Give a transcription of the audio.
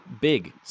big